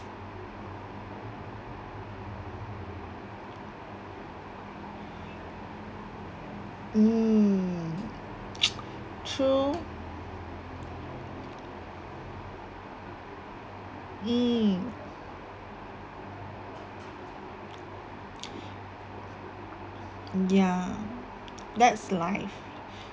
mm true mm ya that's life